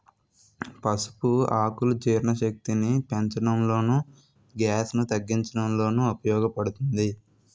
పసుపు ఆకులు జీర్ణశక్తిని పెంచడంలోను, గ్యాస్ ను తగ్గించడంలోనూ ఉపయోగ పడుతుంది